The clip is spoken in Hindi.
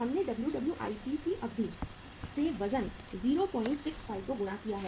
हमने WWIP की अवधि से वजन 065 को गुणा किया है